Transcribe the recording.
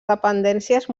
dependències